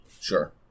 Sure